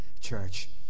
church